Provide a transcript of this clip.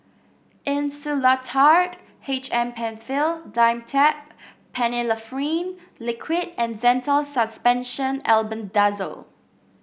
Insulatard H M Penfill Dimetapp Phenylephrine Liquid and Zental Suspension Albendazole